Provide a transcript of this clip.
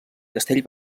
castell